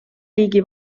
riigi